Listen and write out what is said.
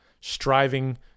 striving